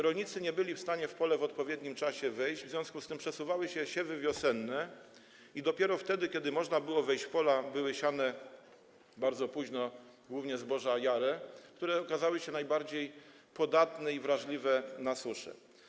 Rolnicy nie byli w stanie wyjść w odpowiednim czasie w pole, w związku z tym przesuwały się terminy siewów wiosennych, i dopiero wtedy, kiedy można było wejść na pola, były siane bardzo późno głównie zboża jare, które okazały się najbardziej podatne i wrażliwe na suszę.